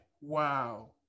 Wow